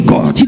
God